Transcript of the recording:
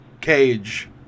Cage